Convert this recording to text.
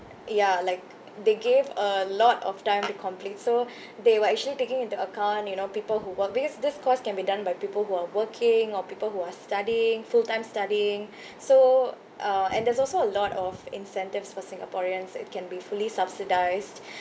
ya like they give a lot of time to complete so they were actually taking into account you know people who work because this course can be done by people who are working or people who are studying full time studying so uh and there's also a lot of incentives for singaporeans it can be fully subsidised